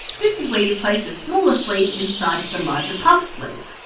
this is where you place a smaller sleeve inside the larger puff sleeve.